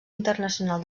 internacional